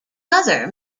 mother